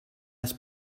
das